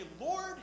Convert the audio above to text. Lord